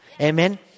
amen